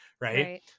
right